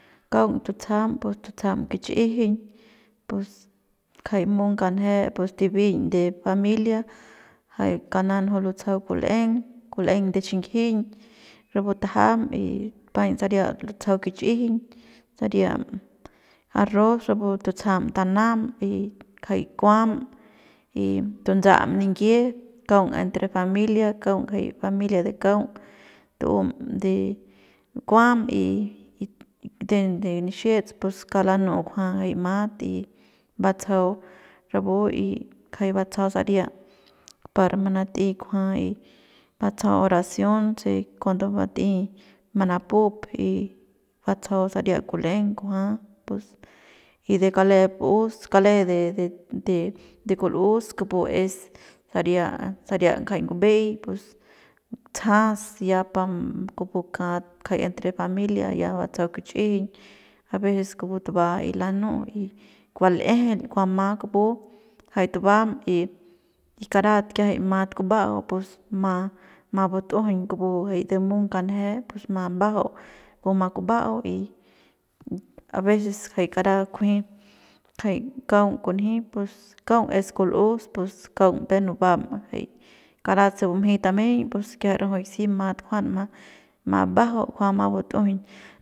Kaung tutsajam pus tutsajam kich'ijiñ pus kjai m'ung kanje pus tibiñ de familia jay kanan juy lutsajau kul'eng kul'eng de xinjiñ rapu tajam y paiñ saria lutsajau kich'ijiñ saria arroz rapu tutsajam tanam y kjay kuam y tutsa'am niyie kaung entre familia kaung jay familia de kaung tu'um de kuam y de nixiets pus kauk lanu'u kujua jay mat y batsajau rapu y kjay batsajau saria par manat'ey kujua y batsajau oracion se cuando bat'ey manapup y batsajau saria kul'eng kujua pus y de kale bu'us kale de de kul'us kupu es saria saria kjai ngube'ey pus tsajap kupu kat kjay entre familia ya batsajau kichꞌijiñ a veces kupu tuba y lanu'u y kua l'ejel kua ma kupu jay tubam y karat kiajay mata kuba'au pus mat ma butujuñ kiajay de mung kanje pus mat mbajau puma kuba'au y jay a veces jay kara kunji kjay kaung kunji pus kaung es kul'us pus kaung peuk nubam jay karat se bumjey tameiñ pus kiajay rajuik si mat kunjanma ma bajau kujuama but'ujuiñ.